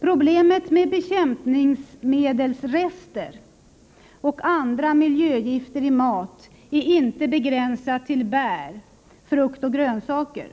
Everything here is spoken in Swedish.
Problemet med bekämpningsmedelsrester och andra miljögifter i mat är inte begränsat till bär, frukt och grönsaker.